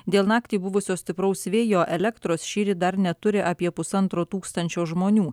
dėl naktį buvusio stipraus vėjo elektros šįryt dar neturi apie pusantro tūkstančio žmonių